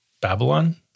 Babylon